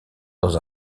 dans